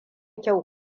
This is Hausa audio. kyau